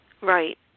Right